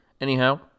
Anyhow